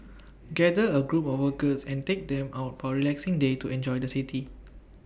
gather A group of workers and take them out for relaxing day to enjoy the city